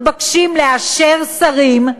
האם עצם העובדה שהיום אנחנו מתבקשים לאשר שרים,